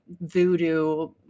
voodoo